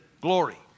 glory